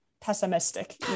pessimistic